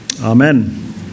Amen